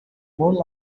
more